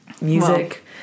Music